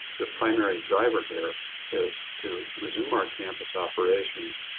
the primary driver here is to resume our campus operations,